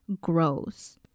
grows